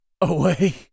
away